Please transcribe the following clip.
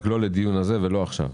רק לא לדיון הזה ולא עכשיו.